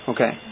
Okay